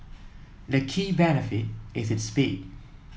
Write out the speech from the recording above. the key benefit is its speed